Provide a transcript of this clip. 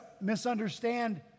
misunderstand